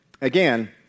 again